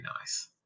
nice